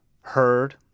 heard